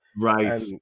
Right